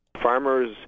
Farmers